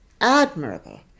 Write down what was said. admirable